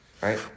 right